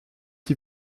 qui